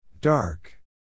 Dark